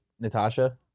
Natasha